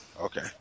Okay